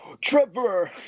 Trevor